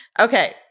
Okay